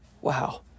Wow